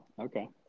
Okay